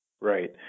Right